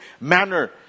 manner